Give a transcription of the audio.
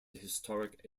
historic